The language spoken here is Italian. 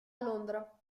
londra